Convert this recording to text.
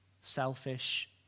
selfish